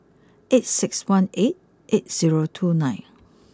eight six one eight eight zero two nine